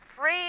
Free